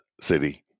City